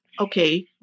Okay